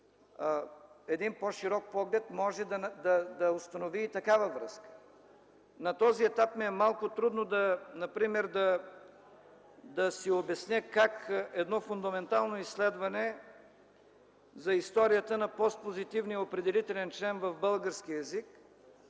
Един по-широк поглед може да установи и такава връзка. На този етап ми е малко трудно например да си обясня как едно фундаментално изследване за историята на постпозитивния определителен член в българския език,